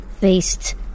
faced